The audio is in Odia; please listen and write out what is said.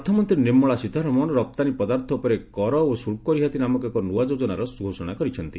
ଅର୍ଥମନ୍ତ୍ରୀ ନିର୍ମଳା ସୀତାରମଣ ରପ୍ତାନୀ ପଦାର୍ଥ ଉପରେ 'କର ଓ ଶୁଳ୍କ ରିହାତି' ନାମକ ଏକ ନୂଆ ଯୋଜନାର ଘୋଷଣା କରିଛନ୍ତି